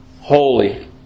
holy